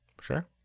Sure